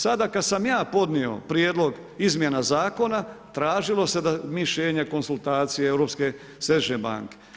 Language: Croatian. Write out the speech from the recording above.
Sada kad sam ja podnio prijedlog izmjena zakona, tražilo se mišljenje, konzultacije Europske središnje banke.